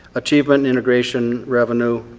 achievement integration revenue,